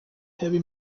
heavy